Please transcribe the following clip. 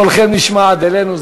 קולכם נשמע עד אלינו.